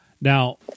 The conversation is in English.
Now